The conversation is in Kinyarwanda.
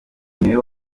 niwe